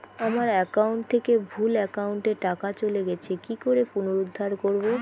আমার একাউন্ট থেকে ভুল একাউন্টে টাকা চলে গেছে কি করে পুনরুদ্ধার করবো?